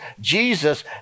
Jesus